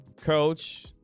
coach